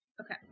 Okay